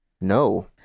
No